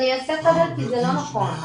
אני אעשה סדר כי זה לא נכון.